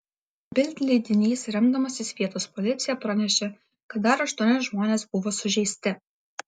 bild leidinys remdamasis vietos policija pranešė kad dar aštuoni žmonės buvo sužeisti